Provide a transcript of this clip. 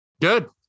Good